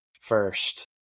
first